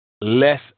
less